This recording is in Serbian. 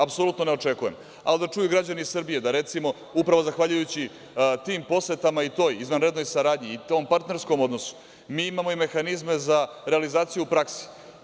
Apsolutno ne očekujem, ali da čuju građani Srbije da recimo, upravo zahvaljujući tim posetama i toj izvanrednoj saradnji i tom partnerskom odnosu, mi imamo mehanizme i za realizaciju u praksi.